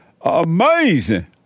Amazing